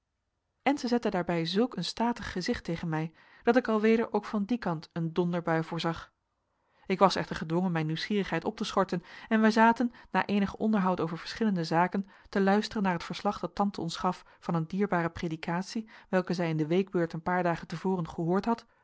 en zij zette daarbij zulk een statig gezicht tegen mij dat ik alweder ook van dien kant een donderbui voorzag ik was echter gedwongen mijn nieuwsgierigheid op te schorten en wij zaten na eenig onderhoud over verschillende zaken te luisteren naar het verslag dat tante ons gaf van een dierbare predikatie welke zij in de weekbeurt een paar dagen te voren gehoord had